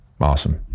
Awesome